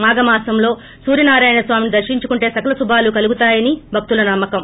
మాఘ మాసంలో సూర్యనారాయణ స్వామిని దర్శించుకుంటే సకల శుభాలు కలుగుతాయని భక్తుల నమ్మకం